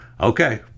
okay